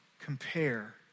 compare